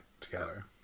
together